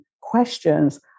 questions